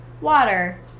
water